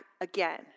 again